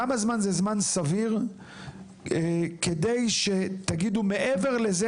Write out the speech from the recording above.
כמה זמן זה זמן סביר כדי שתגידו מעבר לזה,